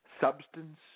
substance